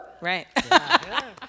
right